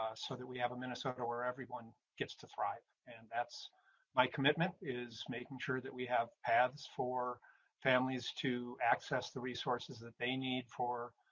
ah so that we have a minnesota where everyone gets to thrive and that's my commitment is making sure that we have have as for families to access the resources that they need for